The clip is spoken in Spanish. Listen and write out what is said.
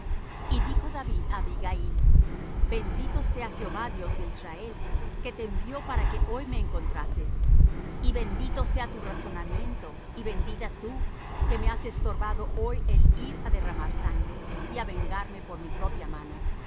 y dijo david á abigail bendito sea jehová dios de israel que te envió para que hoy me encontrases y bendito sea tu razonamiento y bendita tú que me has estorbado hoy el ir á derramar sangre y á vengarme por mi propia mano